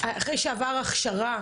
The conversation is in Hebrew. שעבר הכשרה